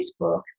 Facebook